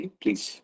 please